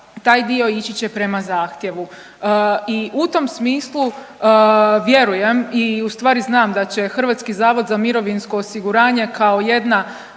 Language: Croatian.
taj dio ići će prema zahtjevu. I u tom smislu vjerujem i ustvari znam da će HZMO kao jedna stoljetna